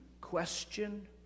question